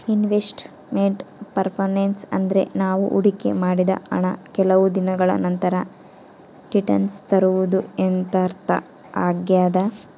invest made performance ಅಂದ್ರೆ ನಾವು ಹೊಡಿಕೆ ಮಾಡಿದ ಹಣ ಕೆಲವು ದಿನಗಳ ನಂತರ ರಿಟನ್ಸ್ ತರುವುದು ಎಂದರ್ಥ ಆಗ್ಯಾದ